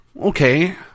Okay